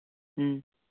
ꯎꯝ